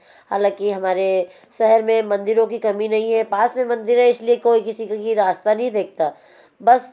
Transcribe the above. हालाँकि हमारे शहेर में मंदिरों की कमी नहीं है पास मंदिर है इसलिए कोई कोई किसी के गिए रास्ता नहीं देखता बस